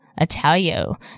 Italio